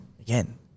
again